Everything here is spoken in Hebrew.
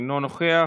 אינו נוכח,